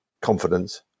confidence